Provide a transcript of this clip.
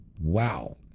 Wow